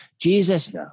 jesus